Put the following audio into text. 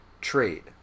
trade